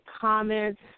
comments